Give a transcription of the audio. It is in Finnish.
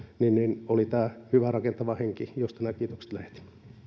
oli tämä hyvä rakentava henki josta nämä kiitokset lähetin